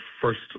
first